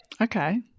Okay